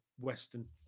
Western